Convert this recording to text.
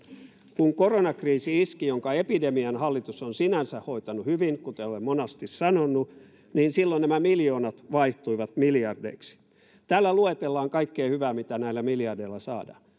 kun koronakriisi iski jonka epidemian hallitus on sinänsä hoitanut hyvin kuten olen monasti sanonut niin silloin nämä miljoonat vaihtuivat miljardeiksi täällä luetellaan kaikkea hyvää mitä näillä miljardeilla saadaan